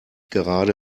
gerade